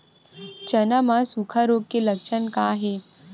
चना म सुखा रोग के लक्षण का हे?